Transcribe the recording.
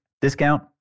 discount